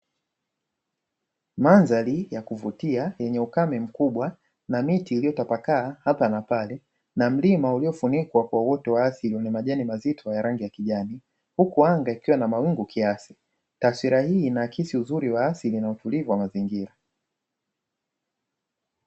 Mandhari ya kuvutia yenye ukame mkubwa na miti iliyotapaka hapa na pale na mlima uliofunikwa kwa uoto wa asili wenye majani mazito ya rangi ya kijani, huku anga ikiwa na mawingu kiasi. Taswira hii inaakisi uzuri wa asili na utulivu wa mazingira.